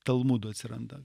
talmudų atsiranda